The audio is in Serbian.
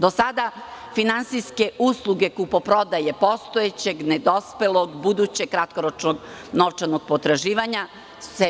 Do sada finansije usluge kupoprodaje postojećeg, nedospelog, budućeg, kratkoročnog novčanog potraživanja su